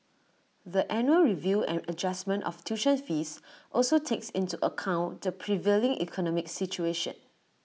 the annual review and adjustment of tuition fees also takes into account the prevailing economic situation